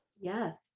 Yes